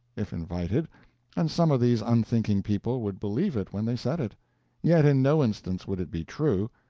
if invited and some of these unthinking people would believe it when they said it yet in no instance would it be true.